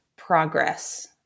progress